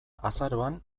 azaroan